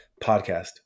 podcast